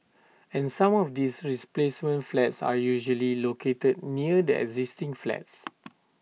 and some of these replacement flats are usually located near the existing flats